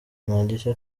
ntagishya